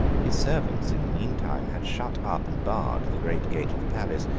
his servants, in the meantime, had shut up and barred the great gate of the palace.